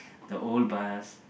the old bus